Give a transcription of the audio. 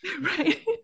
Right